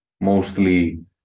mostly